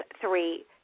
three